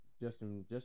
Justin